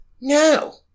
No